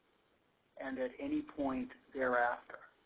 and at any point thereafter.